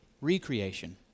recreation